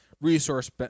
resource